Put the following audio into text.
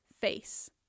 face